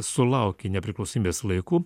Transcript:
sulaukė nepriklausomybės laikų